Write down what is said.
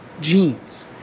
genes